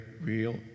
real